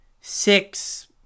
six